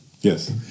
Yes